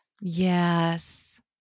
Yes